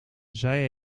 zij